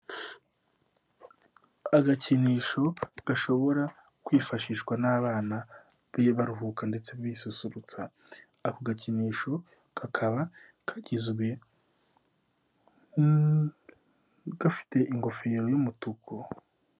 Agakinisho gashobora kwifashishwa n'abana, baruhuka ndetse bisusurutsa. Ako gakinisho kakaba kagizwe, gafite ingofero y'umutuku.